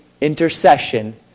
intercession